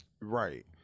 Right